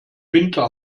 winter